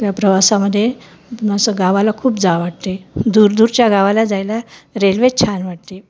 त्या प्रवासामध्ये म असं गावाला खूप जा वाटते दूरदूरच्या गावाला जायला रेल्वे छान वाटते